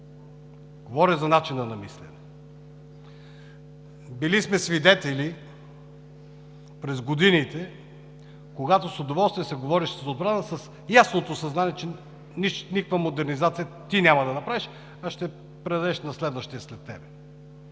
Говоря за начина на мислене. Били сме свидетели през годините, когато с удоволствие се говореше за отбраната, с ясното съзнание, че – никаква модернизация няма да направиш ти, а ще предадеш на следващия след теб.